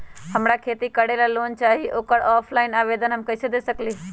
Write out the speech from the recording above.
हमरा खेती करेला लोन चाहि ओकर ऑफलाइन आवेदन हम कईसे दे सकलि ह?